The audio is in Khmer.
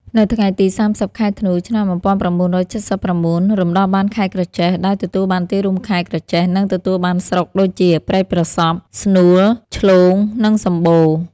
នៅថ្ងៃទី ៣០ ខែធ្នូ ឆ្នាំ ១៩៧៩ រំដោះបានខេត្តក្រចេះ ដោយទទួលបានទីរួមខេត្ត ក្រចេះ និងទទួលបានស្រុកដូចជា ព្រែកប្រសព្វ ស្នួល ឆ្លូង និងសំបូរ។